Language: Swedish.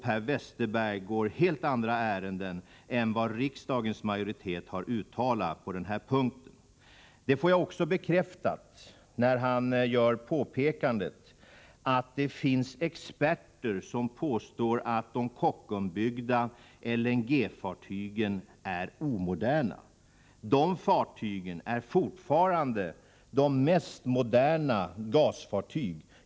Per Westerberg går helt andra ärenden än vad som motsvarar det som riksdagens majoritet har uttalat på denna punkt. Det får jag också bekräftat när Per Westerberg gör påpekandet att det finns experter som påstår att de Kockumsbyggda LNG-fartygen är omoderna. De fartygen är fortfarande de mest moderna gasfartygen.